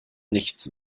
nichts